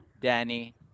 danny